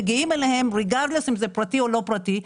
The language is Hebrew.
מגיעים אליהם ללא קשר עם זה פרטי או לא פרטי,